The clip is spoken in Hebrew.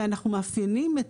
ואנחנו מאפיינים,